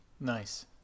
Nice